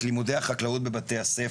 את לימודי החקלאות בבתי הספר.